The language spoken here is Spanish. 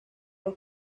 los